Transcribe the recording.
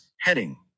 heading